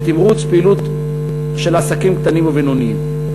לתמרוץ פעילות של עסקים קטנים ובינוניים.